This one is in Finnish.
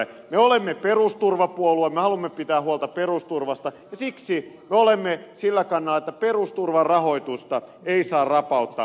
me olemme perusturvapuolue me haluamme pitää huolta perusturvasta ja siksi me olemme sillä kannalla että perusturvan rahoitusta ei saa rapauttaa